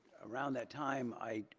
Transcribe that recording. around that time i,